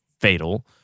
fatal